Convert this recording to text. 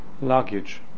luggage